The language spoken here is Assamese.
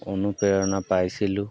অনুপ্ৰেৰণা পাইছিলোঁ